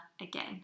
again